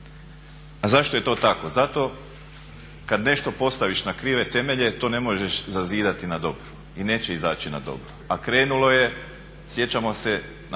A zašto je to tako? Zato kad nešto postaviš na krive temelje to ne možeš zazidati na dobro i neće izaći na dobro, a krenulo je sjećamo se na